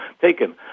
taken